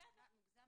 --- מוגזם